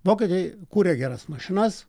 vokiečiai kūrė geras mašinas